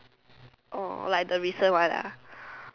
oh like the recent one ah